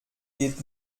geht